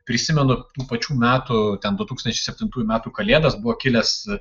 prisimenu pačių metų ten du tūkstančiai septintųjų metų kalėdas buvo kilęs